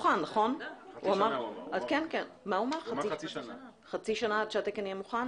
נכון, אבל רק לנושא של המזגנים, רק אותו להחריג.